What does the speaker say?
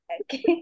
okay